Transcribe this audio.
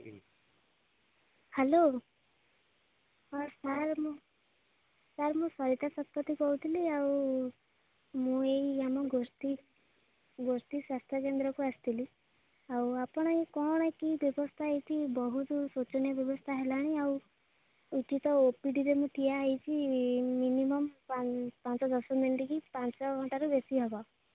hello ହଁ sir ମୁଁ sir ମୁଁ ସରିତା ଶତପଥୀ କହୁଥିଲି ଆଉ ମୁଁ ଏହି ଆମ ଗୋଷ୍ଠୀ ଗୋଷ୍ଠୀ ସ୍ୱାସ୍ଥ୍ୟକେନ୍ଦ୍ରକୁ ଆସିଥିଲି ଆଉ ଆପଣ ଏ କ'ଣ କି ବ୍ୟବସ୍ଥା ଏଇଠି ବହୁତ ଶୋଚନୀୟ ବ୍ୟବସ୍ଥା ହେଲାଣି ଆଉ ଏଇଠି ତ ଓପିଡ଼ିରେ ମୁଁ ଠିଆ ହେଇଛି ମିନିମମ୍ ପା ପାଞ୍ଚ ଦଶ ମିନିଟ୍ କି ପାଞ୍ଚ ଘଣ୍ଟାରୁ ବେଶି ହେବ